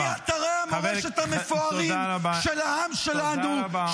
--- מורשת המפוארים של העם שלנו,